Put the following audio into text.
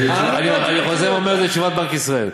אני אומר לך: אני לא הייתי מקריא את התשובה הזאת.